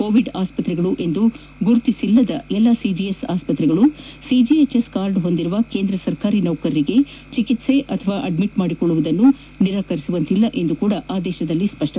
Covid ಆಸ್ವತ್ರೆಗಳು ಎಂದು ಗುರುತಿಸಿಲ್ಲದ ಎಲ್ಲಾ ಸಿಜಿಎಚ್ಎಸ್ ಆಸ್ವತ್ರೆಗಳು ಸಿಜಿಎಚ್ಎಸ್ ಕಾರ್ಡ್ ಹೊಂದಿರುವ ಕೇಂದ್ರ ಸರ್ಕಾರಿ ನೌಕರರಿಗೆ ಚಿಕಿತ್ಸೆ ಅಥವಾ ಅಡ್ಟಿಟ್ ಮಾಡಿಕೊಳ್ಳುವುದನ್ನು ನಿರಾಕರಿಸುವಂತಿಲ್ಲ ಎಂದೂ ಸಹ ಆದೇಶದಲ್ಲಿ ಸ್ವಷ್ವಪಡಿಸಲಾಗಿದೆ